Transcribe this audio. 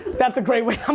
that's a great, i'm,